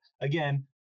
again